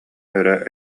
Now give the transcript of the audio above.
өрө